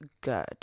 good